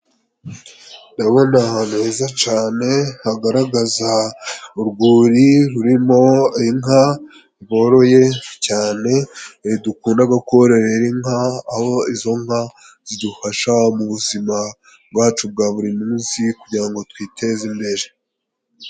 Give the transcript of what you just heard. Ndabona ahantu heza cane hagaragaza urwuri rurimo inka boroye cane, dukundaga kororera inka aho izo nka zidufasha mu buzima bwacu bwa buri munsi kugira ngo twiteze imbere.